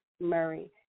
Murray